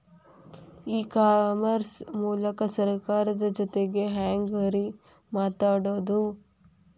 E commerce ಮೂಲಕ ಸರ್ಕಾರದ ಜೊತಿಗೆ ಹ್ಯಾಂಗ್ ರೇ ಮಾತಾಡೋದು?